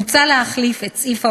מוצע להחליף את סעיף העונשין,